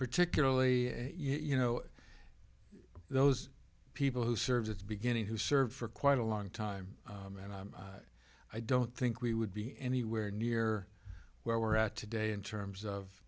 particularly you know those people who serves its beginning who served for quite a long time and i'm i don't think we would be anywhere near where we're at today in terms of